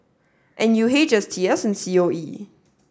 NUH STS and COE